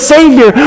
Savior